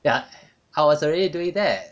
ya I was already doing that